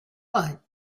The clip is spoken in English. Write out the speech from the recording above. but